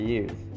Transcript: use